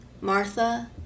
Martha